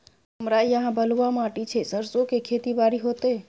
हमरा यहाँ बलूआ माटी छै सरसो के खेती बारी होते?